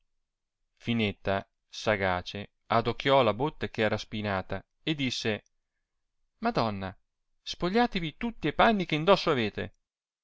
finetta sagace adocchiò la botte che era spinata e disse madonna spogliatevi tutti e panni eh in dosso avete